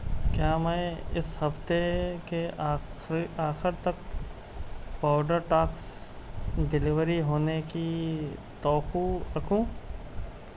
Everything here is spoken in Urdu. کیا میں اس ہفتے کے آخری آخر تک پاؤڈر ٹاکس ڈیلیوری ہونے کی توقع رکھوں